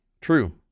True